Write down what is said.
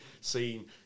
seen